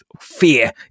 fear